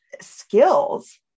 skills